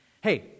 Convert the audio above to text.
Hey